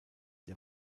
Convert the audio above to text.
der